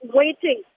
waiting